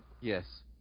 Yes